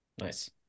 Nice